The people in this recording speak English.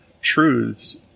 truths